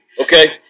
Okay